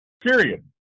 period